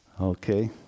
Okay